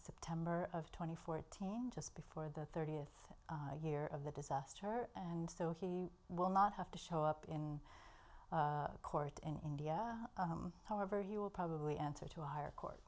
september of twenty four just before the thirtieth year of the disaster and so he will not have to show up in court and india however you will probably answer to a higher court